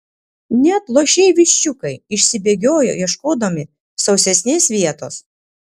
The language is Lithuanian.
net luošiai viščiukai išsibėgiojo ieškodami sausesnės vietos